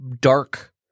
dark